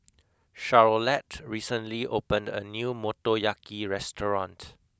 Charolette recently opened a new Motoyaki restaurant